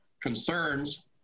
concerns